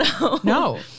no